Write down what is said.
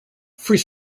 free